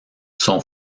son